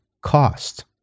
cost